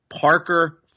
Parker